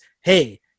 hey